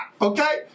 okay